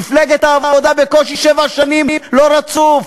מפלגת העבודה בקושי שבע שנים, לא רצוף.